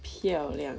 漂亮